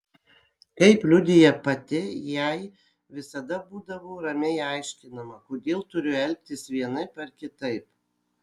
kaip liudija pati jai visada būdavo ramiai aiškinama kodėl turiu elgtis vienaip ar kitaip